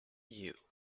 you